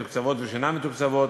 מתוקצבות ושאינן מתוקצבות,